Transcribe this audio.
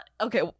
okay